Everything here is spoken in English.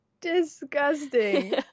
disgusting